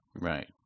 Right